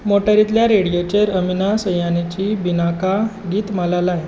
मोटारींतल्या रेडियोचेर अमीन सयानीची बिनाका गीतमाला लाय